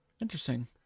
Interesting